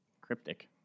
cryptic